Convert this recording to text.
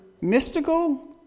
mystical